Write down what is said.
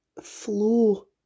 flow